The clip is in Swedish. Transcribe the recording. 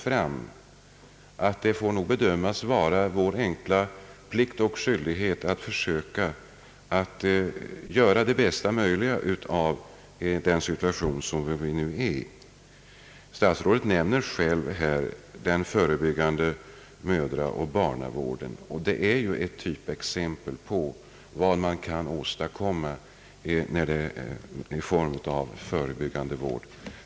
Därför får det nog bedömas som vår enkla plikt och skyldighet att försöka göra det bästa möjliga av den situation vi nu befinner oss i. Statsrådet nämnde själv den förebyggande mödraoch barnavården, som är ett typexempel på vad som kan åstadkommas i form av förebyggande vård.